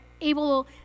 able